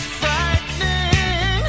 frightening